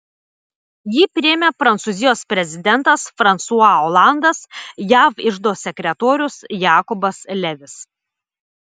jį priėmė prancūzijos prezidentas fransua olandas jav iždo sekretorius jakobas levis